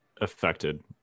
affected